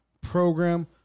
program